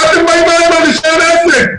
מה אתם באים אליהם עם רישיון עסק?